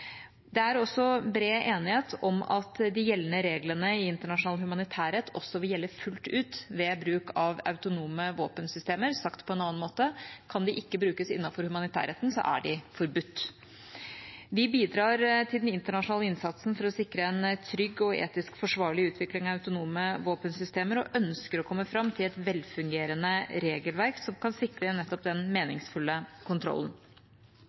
Det er også bred enighet om at de gjeldende reglene i internasjonal humanitærrett også vil gjelde fullt ut ved bruk av autonome våpensystemer. Sagt på en annen måte: Kan de ikke brukes innenfor humanitærretten, er de forbudt. Vi bidrar i den internasjonale innsatsen for å sikre en trygg og etisk forsvarlig utvikling av autonome våpensystemer og ønsker å komme fram til et velfungerende regelverk som kan sikre nettopp den meningsfulle kontrollen.